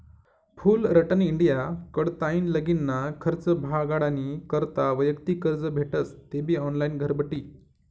Fullerton India कडताईन लगीनना खर्च भागाडानी करता वैयक्तिक कर्ज भेटस तेबी ऑनलाईन घरबठी